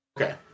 Okay